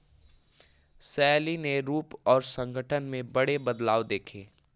शैली ने रूप और संगठन में बड़े बदलाव देखे